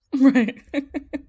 Right